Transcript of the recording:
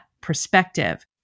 perspective